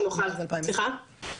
יש פה איזה שבע,